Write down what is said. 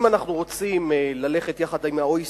אם אנחנו רוצים ללכת יחד עם ה-OECD,